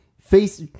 Face